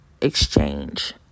exchange